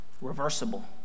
Reversible